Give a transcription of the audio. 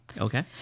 Okay